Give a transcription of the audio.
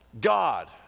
God